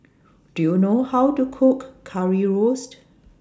Do YOU know How to Cook Currywurst